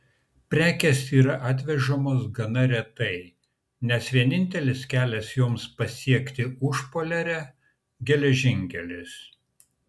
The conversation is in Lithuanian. prekės yra atvežamos gana retai nes vienintelis kelias joms pasiekti užpoliarę geležinkelis